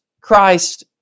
Christ